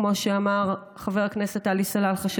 כמו שאמר חבר הכנסת עלי סלאלחה,